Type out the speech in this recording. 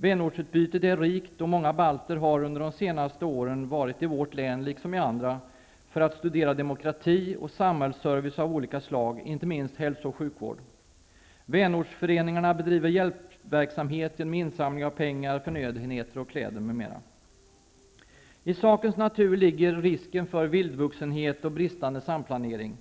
Vänortsutbytet är rikt och många balter har under de senaste åren varit i vårt län, liksom i andra, för att studera demokrati och samhällsservice av olika slag, inte minst hälso och sjukvård. Vänortsföreningarna bedriver hjälpverksamhet genom insamling av pengar, förnödenheter och kläder. I sakens natur ligger risken för vildvuxenhet och bristande samplanering.